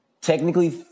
technically